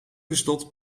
gestopt